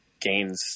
gains